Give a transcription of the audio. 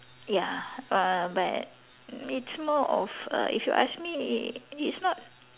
ya uh but it's more of err if you ask me it's not